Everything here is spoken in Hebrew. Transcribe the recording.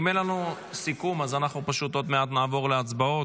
אם אין לנו סיכום אז אנחנו פשוט עוד מעט נעבור להצבעות.